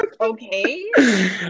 Okay